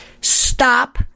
Stop